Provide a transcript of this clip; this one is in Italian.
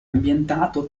ambientato